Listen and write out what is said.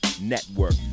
Network